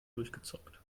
durchgezockt